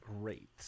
great